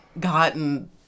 gotten